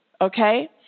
Okay